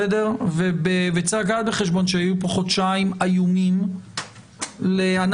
צריך לקחת בחשבון שהיו פה חודשיים איומים לענף